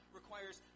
requires